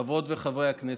חברות וחברי הכנסת,